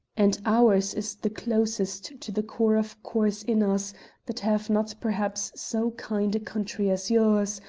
and ours is the closest to the core of cores in us that have not perhaps so kind a country as yours,